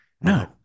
no